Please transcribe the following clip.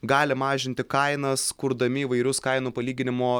gali mažinti kainas kurdami įvairius kainų palyginimo